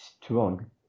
strong